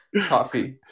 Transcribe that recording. coffee